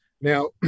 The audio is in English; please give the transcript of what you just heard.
now